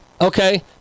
Okay